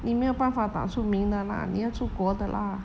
你没有办法打出名的 lah 你要出国的 lah